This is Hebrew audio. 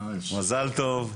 מזל טוב.